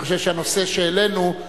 אני חושב שהנושא שהעלינו,